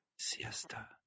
Siesta